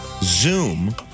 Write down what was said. Zoom